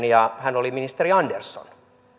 ja hän oli ministeri andersson